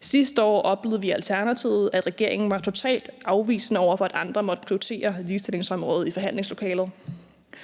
Sidste år oplevede vi i Alternativet, at regeringen var totalt afvisende over for, at andre måtte prioritere ligestillingsområdet i forhandlingslokalet.